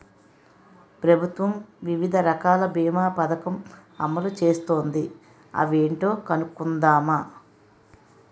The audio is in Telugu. ప్రభుత్వం వివిధ రకాల బీమా పదకం అమలు చేస్తోంది అవేంటో కనుక్కుందామా?